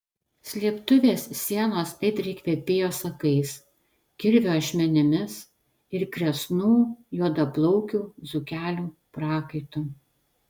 slėptuvės sienos aitriai kvepėjo sakais kirvio ašmenimis ir kresnų juodaplaukių dzūkelių prakaitu